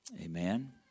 Amen